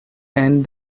and